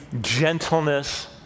gentleness